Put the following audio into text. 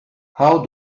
how